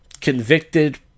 convicted